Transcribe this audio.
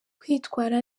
kwitwara